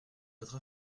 votre